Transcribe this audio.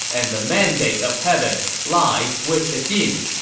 and the mandate of heaven lies with the jin.